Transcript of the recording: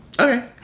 Okay